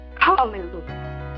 Hallelujah